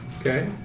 Okay